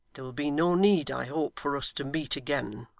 there will be no need, i hope, for us to meet again